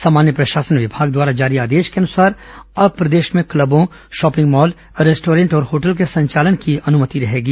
सामान्य प्रशासन विमाग द्वारा जारी आदेश के अनुसार अब प्रदेश में क्लबो शॉपिंग मॉल रेस्टॉरेट और होटल के संचालन की अनुमति रहेगी